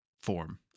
form